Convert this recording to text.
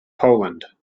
poland